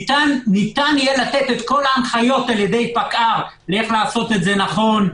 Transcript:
ניתן יהיה לתת את כל ההנחיות על-ידי פקע"ר ואיך לעשות את זה נכון.